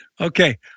Okay